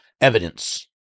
evidence